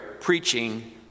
preaching